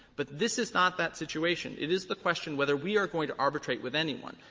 but this is not that situation. it is the question whether we are going to arbitrate with anyone.